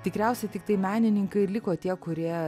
tikriausiai tiktai menininkai ir liko tie kurie